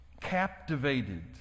Captivated